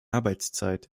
arbeitszeit